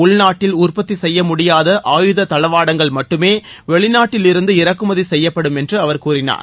உள்நாட்டில் உற்பத்தி செய்யமுடியாத ஆயுத தளவாடங்கள் மட்டுமே வெளிநாட்டிலிருந்து இறக்குமதி செய்யப்படும் என்று அவர் கூறினார்